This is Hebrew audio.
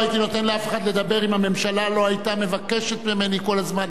לא הייתי נותן לאף אחד לדבר אם הממשלה לא היתה מבקשת ממני כל הזמן,